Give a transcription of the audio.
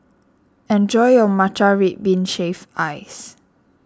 enjoy your Matcha Red Bean Shaved Ice